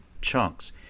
chunks